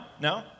No